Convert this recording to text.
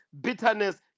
bitterness